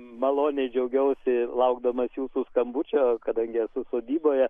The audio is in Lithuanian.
maloniai džiaugiausi laukdamas jūsų skambučio kadangi esu sodyboje